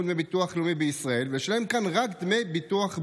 דמי ביטוח לאומי בישראל וישלם כאן רק דמי ביטוח בריאות.